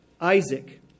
Isaac